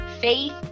faith